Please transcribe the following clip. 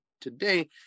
today